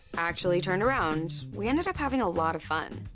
actually turned around. we ended up having a lot of fun.